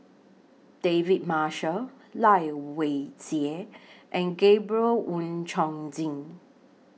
David Marshall Lai Weijie and Gabriel Oon Chong Jin